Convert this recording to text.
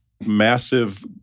massive